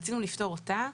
רצינו לפתור אותה.